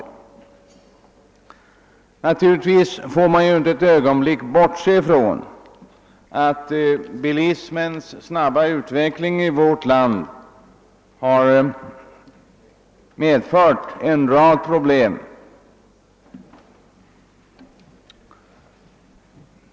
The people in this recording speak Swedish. Naturligtvis får man inte ett ögonblick bortse från att bilismens snabba utveckling i vårt land medfört en rad problem.